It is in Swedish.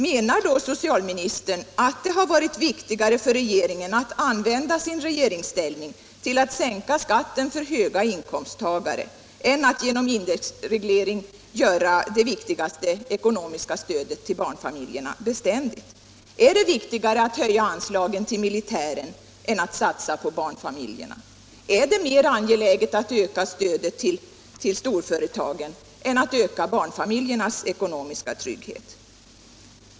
Menar socialministern att det har varit viktigare för regeringen att använda sin regeringsställning till att sänka skatten för höga inkomsttagare än till att genom en indexreglering göra det viktigaste ekonomiska stödet till barnfamiljerna beständigt? Är det viktigare att höja anslagen till militären än att satsa på barnfamiljerna? Är det mer angeläget att öka stödet till storföretagen än att öka barnfamiljernas ekonomiska trygghet?